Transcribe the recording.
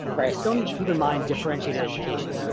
but i still need to keep in mind differentiated education.